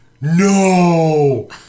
No